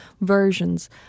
versions